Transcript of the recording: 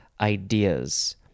ideas